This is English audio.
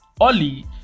Oli